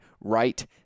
right